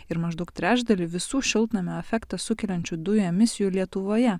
ir maždaug trečdalį visų šiltnamio efektą sukeliančių dujų emisijų lietuvoje